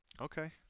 Okay